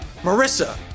Marissa